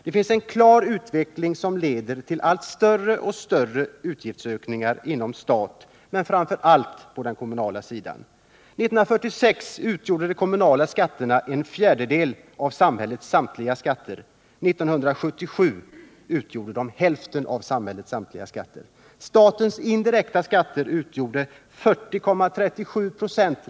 Det finns en klar utveckling som leder till allt större utgiftsökningar inom staten, men framför allt på den kommunala sidan. 1946 utgjorde de kommunala skatterna en fjärdedel av samhällets samtliga skatter. 1977 utgjorde de hälften av samhällets samtliga skatter.